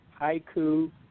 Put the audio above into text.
Haiku